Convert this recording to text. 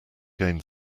gain